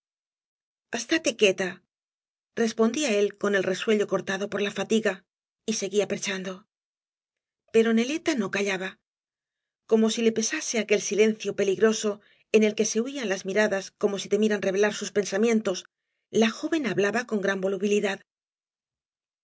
estáte queta respondía él con el resuello eortado por la fatiga y seguía perchando pero neleta no callaba como si le pesase aquel silencio peligroso en el que se huían la miradas como si temieran revelar sus pensamientos la joven hablaba con gran volubilidad